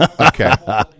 Okay